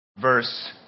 verse